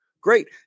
Great